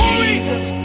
Jesus